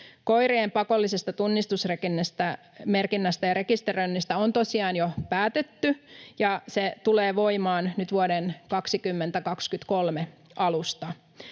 Koirien pakollisesta tunnistusmerkinnästä ja rekisteröinnistä on tosiaan jo päätetty, ja se tulee voimaan nyt vuoden 2023 alusta.